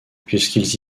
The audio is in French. puisqu’ils